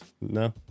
no